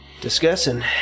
Discussing